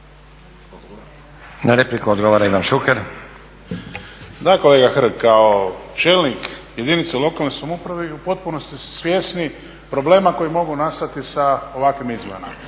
Na repliku odgovara Ivan Šuker. **Šuker, Ivan (HDZ)** Da kolega Hrg kao čelnik jedinice lokalne samouprave u potpunosti ste svjesni problema koji mogu nastati sa ovakvim izmjenama,